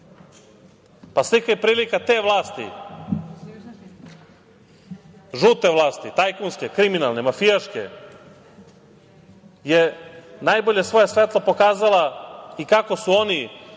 Pa, slika i prilika te vlasti, žute vlasti, tajkunske, kriminalne, mafijaške, je najbolje svoje svetlo pokazala i kako su oni